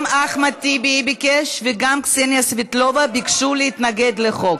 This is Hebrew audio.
גם אחמד טיבי וגם קסניה סבטלובה ביקשו להתנגד לחוק,